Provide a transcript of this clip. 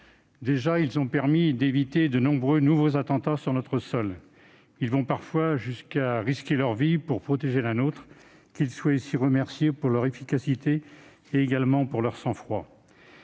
Déjà, ils ont permis d'éviter de nombreux attentats sur notre sol. Ils vont parfois jusqu'à risquer leur vie pour protéger la nôtre : qu'ils soient ici remerciés de leur efficacité et de leur sang-froid.